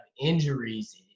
injuries